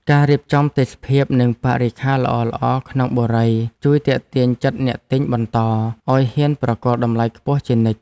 ការរៀបចំទេសភាពនិងបរិក្ខារល្អៗក្នុងបុរីជួយទាក់ទាញចិត្តអ្នកទិញបន្តឱ្យហ៊ានប្រគល់តម្លៃខ្ពស់ជានិច្ច។